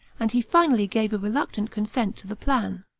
and he finally gave a reluctant consent to the plan.